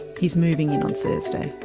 he's moving in on thursday.